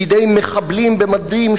בידי מחבלים במדים,